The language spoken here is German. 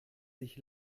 sich